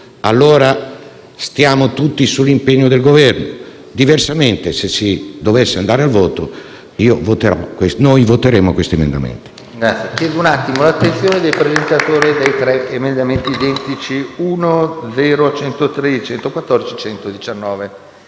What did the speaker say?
allora staremmo tutti sull'impegno del Governo. Diversamente, se si dovesse andare al voto, noi voteremo questi emendamenti.